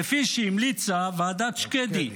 כפי שהמליצה ועדת שקדי.